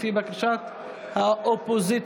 לפי בקשת האופוזיציה.